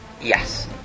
Yes